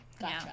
Gotcha